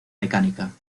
mecánica